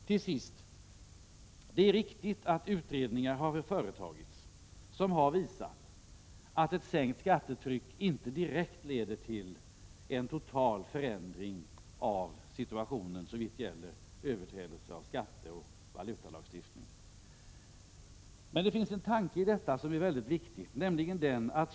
Till sist: Det är riktigt att utredningar har företagits som har visat att ett sänkt skattetryck inte direkt leder till en total förändring av situationen såvitt gäller överträdelser av skatteoch valutalagstiftning. Men det finns ändå en tanke i detta som är mycket viktig.